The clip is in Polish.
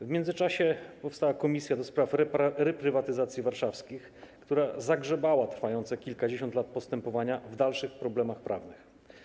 W międzyczasie powstała komisja do spraw reprywatyzacji warszawskich, która zagrzebała trwające kilkadziesiąt lat postępowania w dalszych problemach prawnych.